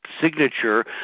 signature